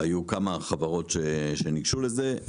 והיו כמה חברות שניגשו לזה,